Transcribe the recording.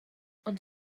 ond